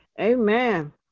amen